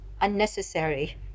unnecessary